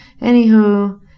anywho